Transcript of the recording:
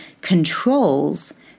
controls